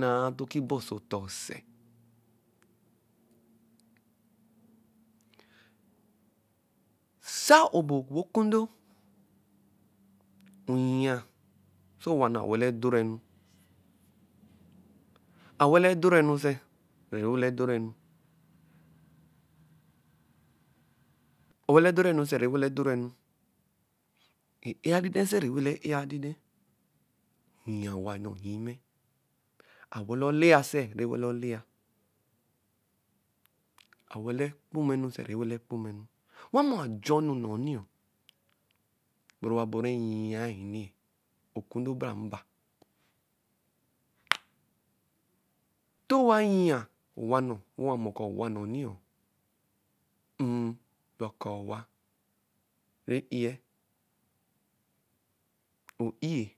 naa ntɔ oki ba oso ɔtɔɔ sɛ? Sɛ a-o bẹ onwi okundo, oyia sɛ owa nnɔɔ awala odorɛ enu. Awala odorɛ enu sɛ? Se nɛwala odorɛ enu,? Awala dorɛ enu sɛ nɛwala odorẹ enu? E-e-a adidɛ sɛ, rɛ wala e-e-a adidɛ? Yia owa nnɔ nnyimɛ. Awala olea sɛ rɛ wala olea? Awala okpuma enu sɛ rẹ wala okpuma enu. Owamɔ, ajɔ onu nɔni-ɔ, bɛ rɛ wa-boru e-yia ni, okundo bara mba. Ntɔ owa yia owanɔ wɛ owa mɔ kɔ owa nɔniɔ mmhh, bɛ akaa owa rɛ i-r-e, o-i-e.